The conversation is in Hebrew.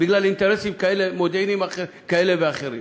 בגלל אינטרסים מודיעיניים כאלה ואחרים.